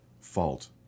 fault